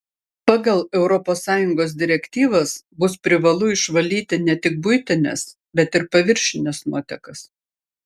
pagal europos sąjungos direktyvas bus privalu išvalyti ne tik buitines bet ir paviršines nuotekas